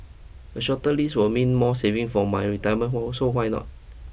a shorter lease would mean more saving for my retirement hole so why not